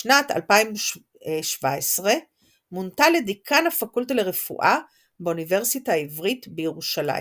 בשנת 2017 מונתה לדיקן הפקולטה לרפואה באוניברסיטה העברית בירושלים.